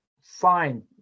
fine